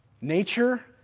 Nature